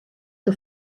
que